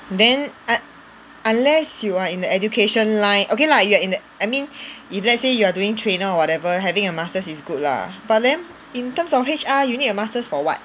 then un~ unless you are in the education line okay lah you are in the I mean if let's say you are doing trainer or whatever having a masters is good lah but then in terms of H_R you need a masters for what